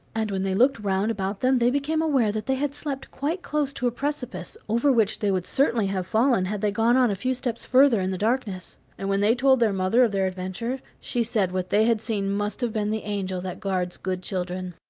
and when they looked round about them they became aware that they had slept quite close to a precipice, over which they would certainly have fallen had they gone on a few steps further in the darkness. and when they told their mother of their adventure, she said what they had seen must have been the angel that guards good children.